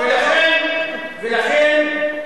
ולכן,